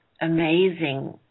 amazing